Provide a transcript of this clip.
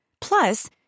Plus